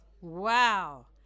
Wow